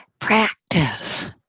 practice